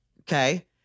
Okay